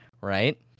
right